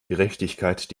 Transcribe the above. gerechtigkeit